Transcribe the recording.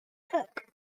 cook